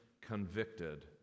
convicted